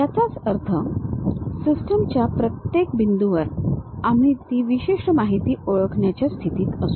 याचाच अर्थ सिस्टिम च्या प्रत्येक बिंदूवर आम्ही ती विशिष्ट माहिती ओळखण्याच्या स्थितीत असू